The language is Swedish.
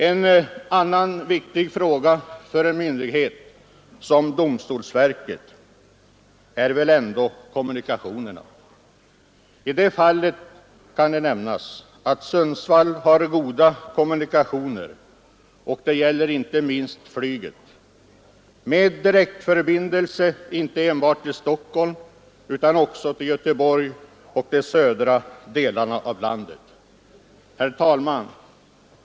En annan viktig fråga för en myndighet som domstolsverket är väl ändå kommunikationerna. I det fallet kan nämnas att Sundsvall har goda kommunikationer. Det gäller inte minst flyget, med direktförbindelser inte enbart till Stockholm utan också till Göteborg och de södra delarna av landet. Herr talman!